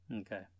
Okay